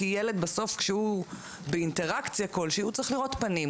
כי ילד כשהוא באינטראקציה כלשהי הוא צריך לראות פנים,